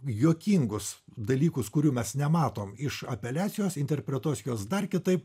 juokingus dalykus kurių mes nematom iš apeliacijos interpretuos juos dar kitaip